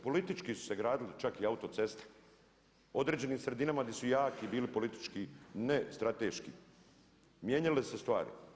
Politički su se gradili čak i autocesta, određenim sredinama gdje su jaki bili politički ne strateški mijenjale su se stvari.